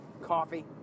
coffee